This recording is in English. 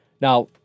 Now